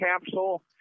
capsule